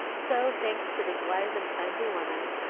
so, thanks to this wise and kindly woman,